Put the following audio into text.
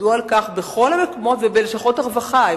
ידעו על כך בכל המקומות ובלשכות הרווחה.